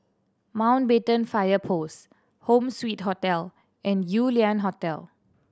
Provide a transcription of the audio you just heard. Mountbatten Fire Post Home Suite Hotel and Yew Lian Hotel